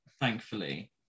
thankfully